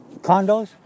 condos